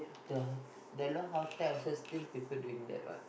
the hotel also still people doing that what